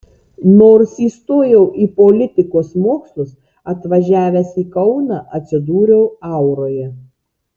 nors įstojau į politikos mokslus atvažiavęs į kauną atsidūriau auroje